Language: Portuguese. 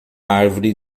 árvore